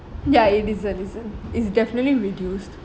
ya it isn't isn't it's definitely reduced